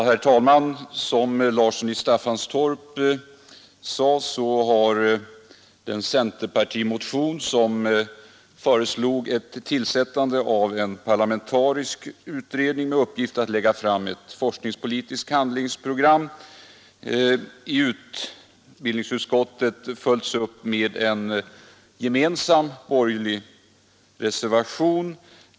Herr talman! Som herr Larsson i Staffanstorp sade har centerpartimotionen, i vilken föreslås tillsättande av en parlamentarisk utredning med uppgift att lägga fram ett forskningspolitiskt handlingsprogram, i utbildningsutskottet följts upp med en gemensam borgerlig reservation.